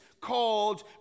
called